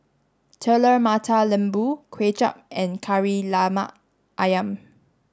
Telur Mata Lembu Kuay Chap and Kari Lemak Ayam